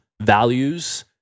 values